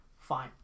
Fine